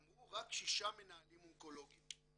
אמרו רק שישה מנהלים אונקולוגים.